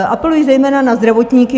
Apeluji zejména na zdravotníky.